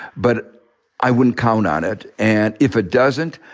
but i wouldn't count on it. and if it doesn't,